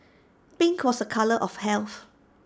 pink was A colour of health